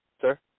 sir